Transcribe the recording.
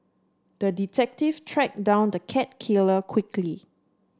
the detective tracked down the cat killer quickly